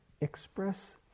express